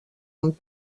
amb